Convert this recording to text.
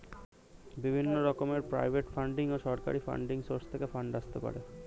বিভিন্ন রকমের private funding ও সরকারি ফান্ডিং সোর্স থেকে ফান্ড আসতে পারে